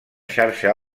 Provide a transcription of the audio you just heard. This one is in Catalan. xarxa